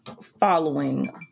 following